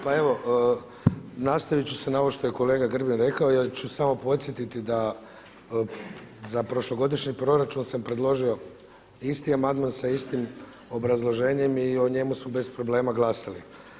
Pa evo, nastavit ću se na ovo što je gospodin Grbin rekao jer ću samo podsjetiti da za prošlogodišnji proračun sam predložio isti amandman sa istim obrazloženjem i o njemu smo bez problema glasali.